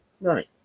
Right